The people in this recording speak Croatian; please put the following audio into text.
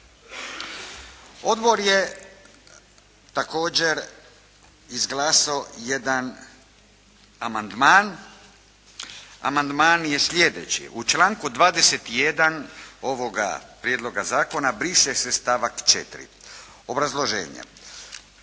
Odbor je također izglasao jedan amandman. Amandman je slijedeći: U članku 21. ovoga prijedloga zakona briše se stavak 4. Obrazloženje